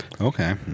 Okay